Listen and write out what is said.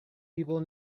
people